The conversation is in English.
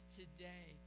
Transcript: today